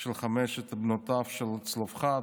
של חמש בנותיו של צלופחד,